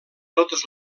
totes